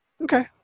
Okay